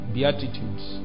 Beatitudes